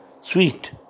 sweet